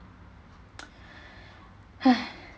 !hais!